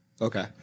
Okay